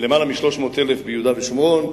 יותר מ-300,000 ביהודה ושומרון,